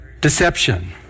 Deception